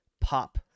pop